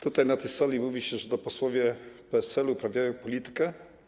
Tutaj na tej sali mówi się, że to posłowie PSL-u uprawiają politykę.